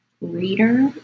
reader